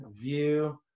view